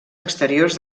exteriors